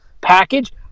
package